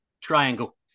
triangle